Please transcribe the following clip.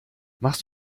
machst